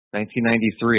1993